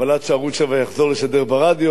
אבל עד שערוץ-7 יחזור לשדר ברדיו,